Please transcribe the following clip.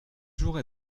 toujours